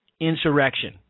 insurrection